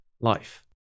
life